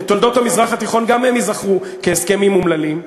בתולדות המזרח התיכון גם הם ייזכרו כהסכמים אומללים,